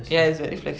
ya it